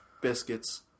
biscuits